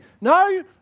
No